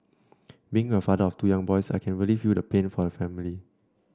being a father of two young boys I can really feel the pain for the family